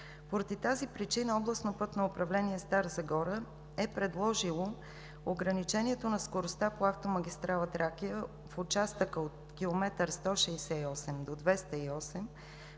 Поради тази причина Областно пътно управление – Стара Загора, е предложило ограничението на скоростта по автомагистрала „Тракия“ в участъка от км 168 до км